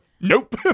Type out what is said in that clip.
nope